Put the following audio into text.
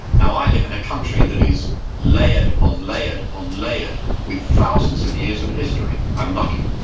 now i live in a country that is layered upon layered upon layered with thousands of years of history. i'm lucky.